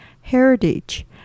heritage